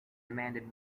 demanded